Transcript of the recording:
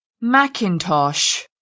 Macintosh